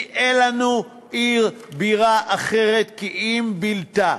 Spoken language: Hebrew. כי אין לנו עיר בירה אחרת בלתה.